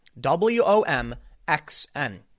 W-O-M-X-N